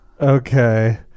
Okay